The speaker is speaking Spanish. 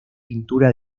pintura